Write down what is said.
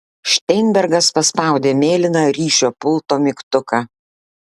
šteinbergas paspaudė mėlyną ryšio pulto mygtuką